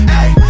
Hey